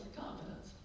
confidence